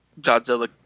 Godzilla